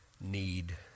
need